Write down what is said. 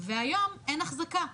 והיום אין אחזקה.